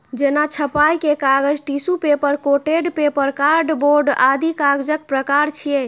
जेना छपाइ के कागज, tissue paper, coated paper, card board आदि कागजक प्रकार छियै